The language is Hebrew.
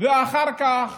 ואחר כך